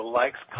likes